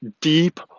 deep